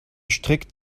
strikt